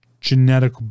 genetic